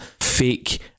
fake